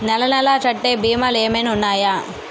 నెల నెల కట్టే భీమాలు ఏమైనా ఉన్నాయా?